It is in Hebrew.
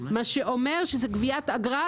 מה שאומר שזה גביית אגרה,